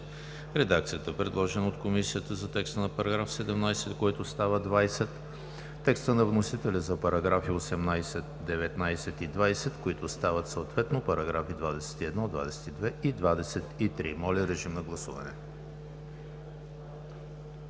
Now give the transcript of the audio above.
редакцията, предложена от Комисията за текста на § 17, който става § 20; текста на вносителя за параграфи 18, 19 и 20, които стават съответно параграфи 21, 22 и 23. Гласували